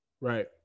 Right